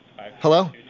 Hello